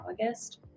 August